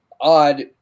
odd